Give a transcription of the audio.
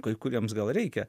kai kuriems gal reikia